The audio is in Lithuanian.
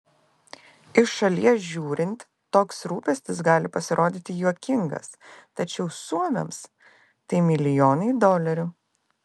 iš šalies žiūrint toks rūpestis gali pasirodyti juokingas tačiau suomiams tai milijonai dolerių